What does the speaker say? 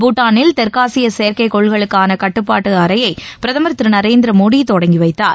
பூட்டானில் தெற்காசிய செயற்கைக்கோள்களுக்கான கட்டுபாட்டு அறையை பிரதமர் திரு நரேந்திர மோடி தொடங்கி வைத்தார்